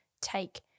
take